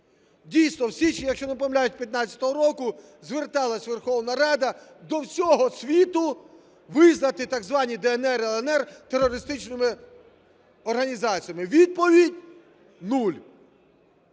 Дійсно, в січні, якщо не помиляюся, 2015 року зверталась Верховна Рада до всього світу визнати так звані "ДНР" і "ЛНР" терористичними організаціями. Відповідь – нуль.